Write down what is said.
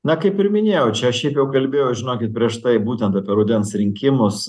na kaip ir minėjau čia šiaip jau kalbėjau žinokit prieš tai būtent apie rudens rinkimus